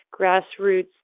grassroots